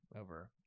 over